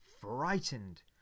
frightened